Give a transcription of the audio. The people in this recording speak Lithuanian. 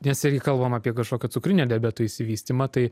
nes irgi kalbam apie kažkokio cukrinio diabeto išsivystymą tai